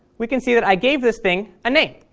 we can see that i gave this thing a name.